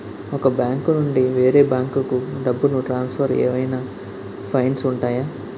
ఒక బ్యాంకు నుండి వేరే బ్యాంకుకు డబ్బును ట్రాన్సఫర్ ఏవైనా ఫైన్స్ ఉంటాయా?